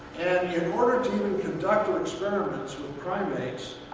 and in order to and and to experiments with primates,